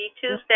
Tuesday